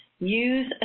Use